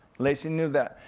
lacy knew that.